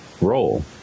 role